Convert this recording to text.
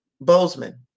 Bozeman